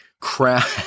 crap